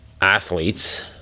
athletes